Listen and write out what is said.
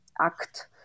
act